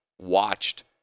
watched